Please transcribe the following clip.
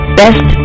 best